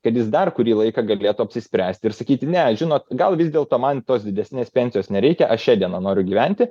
kad jis dar kurį laiką galėtų apsispręsti ir sakyti ne žinot gal vis dėlto man tos didesnės pensijos nereikia aš šia diena noriu gyventi